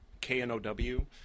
K-N-O-W